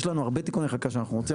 יש לנו הרבה תיקוני חקיקה שאנחנו רוצים,